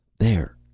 there,